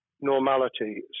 normality